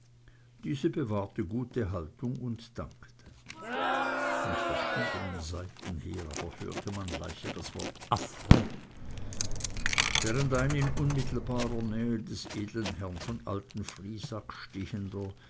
diese bewahrte gute haltung und dankte von verschiedenen seiten her aber hörte man leise das wort affront während ein in unmittelbarer nähe des edlen herrn von alten friesack